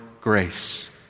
grace